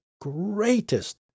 greatest